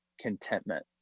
contentment